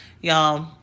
Y'all